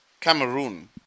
Cameroon